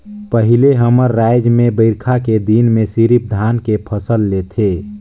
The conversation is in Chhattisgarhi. पहिले हमर रायज में बईरखा के दिन में सिरिफ धान के फसल लेथे